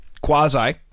quasi